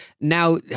now